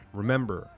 remember